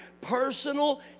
personal